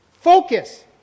Focus